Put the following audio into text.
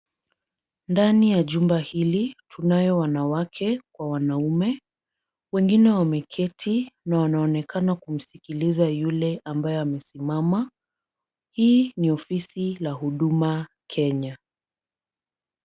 Ndani ya jumba hili tunayo wanawake kwa wanaume, wengine wameketi na wanaonekana kumsikiliza yule ambaye amesimama. Hii ni ofisi la Huduma Kenya.